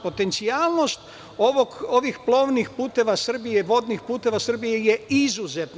Potencijalnost ovih plovnih puteva Srbije, vodnih puteva Srbije je izuzetna.